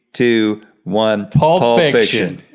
two, one. pulp fiction.